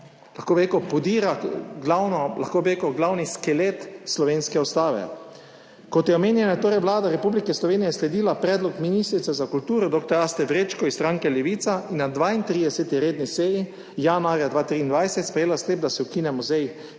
lahko bi rekel, da podira glavni skelet slovenske ustave. Ko je omenjena, torej Vlada Republike Slovenije, sledila predlogu ministrice za kulturo dr. Aste Vrečko iz stranke Levica in na 32. redni seji januarja 2023 sprejela sklep, da se ukine Muzej